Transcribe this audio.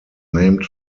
named